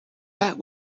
that